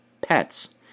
pets